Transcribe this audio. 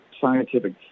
scientific